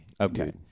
Okay